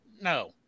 No